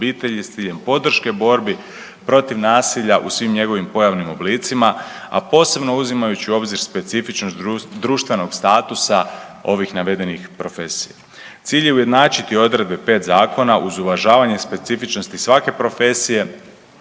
s ciljem podrške borbi protiv nasilja u svim njegovim pojavnim oblicima, a posebno uzimajući u obzir specifičnost društvenog statusa ovih navedenih profesija. Cilj je ujednačiti odredbe pet zakona uz uvažavanje specifičnosti svake profesije